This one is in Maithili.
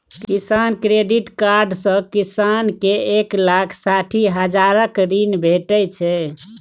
किसान क्रेडिट कार्ड सँ किसान केँ एक लाख साठि हजारक ऋण भेटै छै